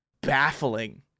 baffling